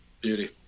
Beauty